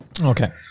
Okay